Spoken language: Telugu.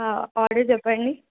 ఆర్డర్ చెప్పండి